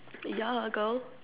ya girl